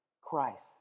Christ